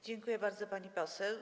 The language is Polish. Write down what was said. Dziękuję bardzo, pani poseł.